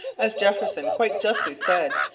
as jefferson quite justly said,